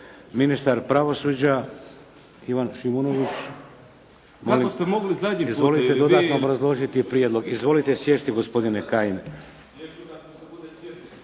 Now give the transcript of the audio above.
Ministar pravosuđa Ivan Šimonović. Izvolite dodatno obrazložiti prijedlog. Izvolite sjesti gospodine Kajin.